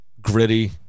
gritty